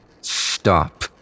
stop